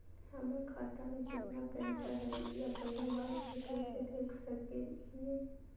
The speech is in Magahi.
हमर खाता में केतना पैसा हई, ई अपन मोबाईल में कैसे देख सके हियई?